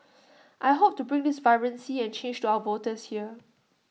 I hope to bring this vibrancy and change to our voters here